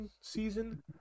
season